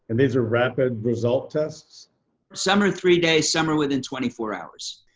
and these are rapid result tests some are three days, some are within twenty four hours.